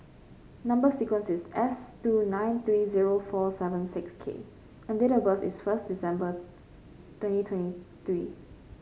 number sequence is S two nine three zero four seven six K and date of birth is first December twenty twenty three